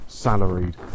Salaried